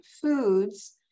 foods